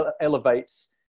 elevates